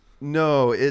No